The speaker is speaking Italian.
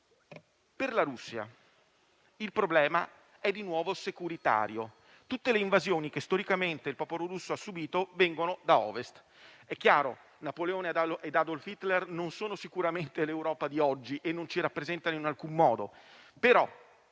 per la Russia il problema è di nuovo securitario. Tutte le invasioni che storicamente il popolo russo ha subito vengono da Ovest. È chiaro che Napoleone e Adolf Hitler non sono sicuramente l'Europa di oggi e non ci rappresentano in alcun modo.